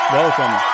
welcome